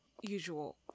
usual